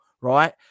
Right